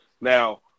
Now